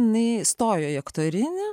neįstojo į aktorinį